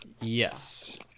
Yes